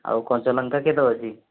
ଆଉ କଞ୍ଚାଲଙ୍କା କେତେ ଅଛି